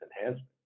enhancement